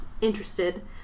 interested